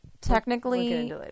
technically